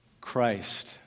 Christ